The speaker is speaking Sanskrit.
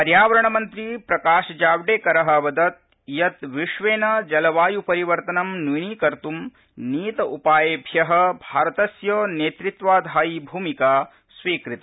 पर्यावरणमन्त्री प्रकाशजावडेकरः अवदत् यत् विश्वेन जलवायपरिवर्तन न्यनी कत् नीत उपायेभ्यः भारतस्य नेतृत्वाधायि भूमिका स्वीकृता